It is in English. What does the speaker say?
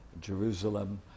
Jerusalem